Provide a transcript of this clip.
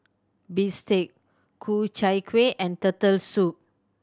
bistake Ku Chai Kueh and Turtle Soup